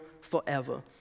forever